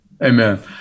Amen